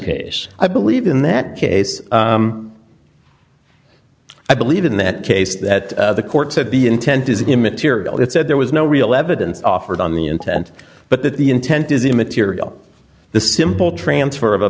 case i believe in that case i believe in that case that the court said the intent is immaterial it said there was no real evidence offered on the intent but the intent is immaterial the simple transfer of a